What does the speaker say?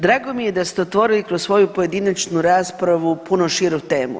Drago mi je da ste otvorili kroz svoju pojedinačnu raspravu puno širu temu.